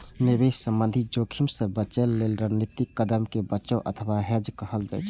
निवेश संबंधी जोखिम सं बचय लेल रणनीतिक कदम कें बचाव अथवा हेज कहल जाइ छै